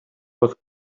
was